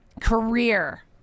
career